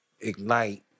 ignite